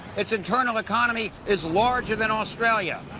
its internal economy is larger than australia,